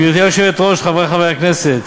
גברתי היושבת-ראש, חברי חברי הכנסת,